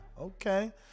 Okay